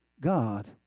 God